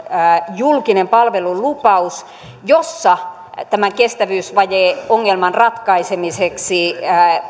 julkinen palvelulupaus jossa tämän kestävyysvajeongelman ratkaisemiseksi